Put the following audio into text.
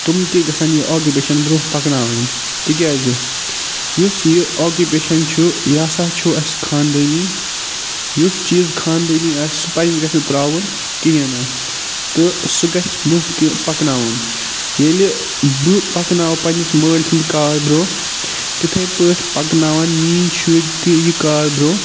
تٔم تہِ گژھَن یہِ آکِپیشَن برونٛہہ پَکناوٕنۍ تِکیٛازِ یُس یہِ آکِپیشَن چھُ یہِ ہسا چھُ اَسہِ خانٛدٲنی یُس چیٖز خانٛدٲنی اسہِ سُہ پَزِ گژھِ نہٕ تراوُن کِہیٖنۍ نہٕ تہٕ سُہ گژھِ برونٛہہ تہِ پَکناوُن ییٚلہٕ بہٕ پَکناو پَنٛنِس مٲلۍ سُنٛد کار برونٛہہ تِتھٕے پٲٹھۍ پَکناوَن میٲنۍ شُرۍ تہِ یہِ کار برونٛہہ